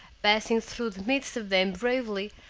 passing through the midst of them bravely,